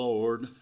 Lord